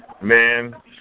Man